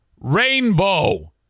Rainbow